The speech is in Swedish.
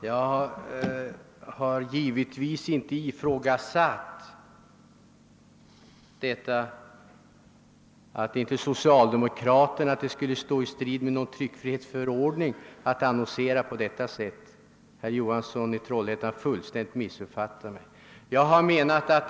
Herr talman! Givetvis har jag inte satt i fråga att det skulle stå i strid med tryckfrihetsförordningen att annonsera som socialdemokraterna gör. Herr Johansson i Trollhättan har fullständigt missuppfattat mig om han tror det.